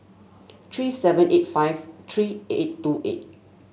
three seven eight five three eight two eight